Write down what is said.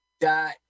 Dot